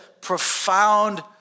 profound